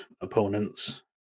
opponents